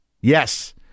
yes